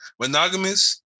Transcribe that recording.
monogamous